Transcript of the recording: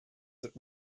that